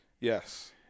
yes